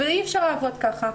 ואי אפשר לעבוד ככה.